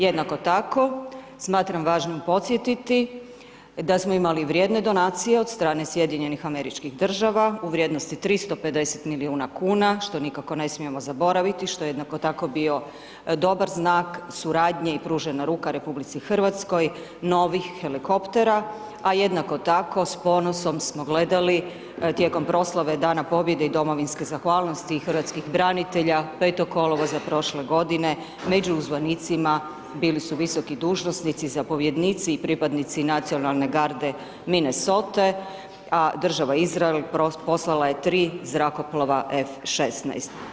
Jednako tako, smatram važnim podsjetiti, da smo imali vrijedne donacije od strane SAD u vrijednosti 350 milijuna kn, što nikako ne smijemo zaboraviti, što je jednako tako bio dobar znak suradnje i pružena ruka RH, novih helikoptera, a jednako tako s ponosom smo gledali tijekom proslave Dana pobjede i Domovinske zahvalnosti i hrvatskih branitelja, 5. kolovoza prošle godine, među uzvanicima, bili su visoki dužnosnici, zapovjednici i pripadnici Nacionalne garde Minnesote, a država Izrael, poslala je 3 zrakoplova F 16.